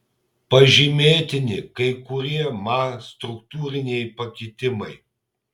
pažymėtini kai kurie ma struktūriniai pakitimai